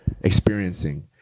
experiencing